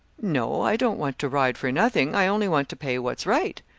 no, i don't want to ride for nothing i only want to pay what's right.